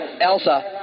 Elsa